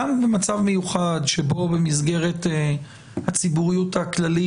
גם במצב מיוחד שבו במסגרת הציבוריות הכללית